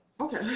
okay